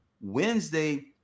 Wednesday –